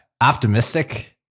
optimistic